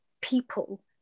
people